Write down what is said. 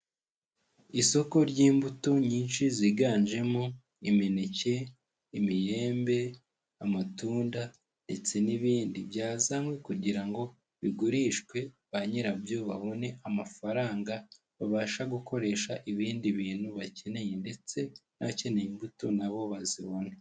Isoko ry'imbuto nyinshi ziganjemo imineke, imyembe, amatunda ndetse n'ibindi byazanywe kugira ngo bigurishwe ba nyirabyo babone amafaranga, babasha gukoresha ibindi bintu bakeneye ndetse n'abakeneye imbuto nabo bazibona.